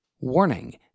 Warning